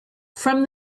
from